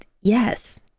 yes